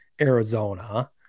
Arizona